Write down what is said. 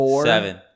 Seven